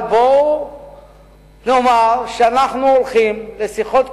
אבל בואו נאמר שאנחנו הולכים לשיחות קרבה,